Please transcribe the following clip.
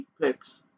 picks